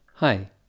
Hi